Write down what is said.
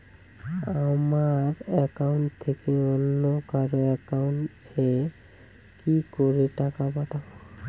আমার একাউন্ট থেকে অন্য কারো একাউন্ট এ কি করে টাকা পাঠাবো?